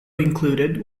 included